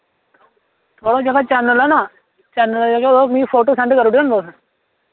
थुआढ़ा जेह्का चैनल ऐ ना चैनल ऐ जेह्का ओह्दा मि फोटो सैंड करूड़ेओ नि तुस